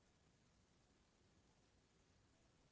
Hvala vam